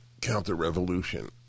Counter-revolution